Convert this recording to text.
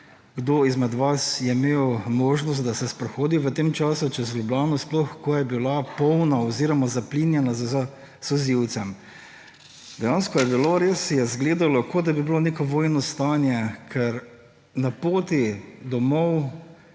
kdo izmed vas je imel možnost, da se sprehodi v tem času čez Ljubljano, ko je bila polna oziroma zaplinjena s solzivcem. Dejansko je res izgledalo, kot da bi bilo neko vojno stanje, ker na poti domov